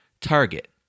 target